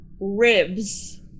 ribs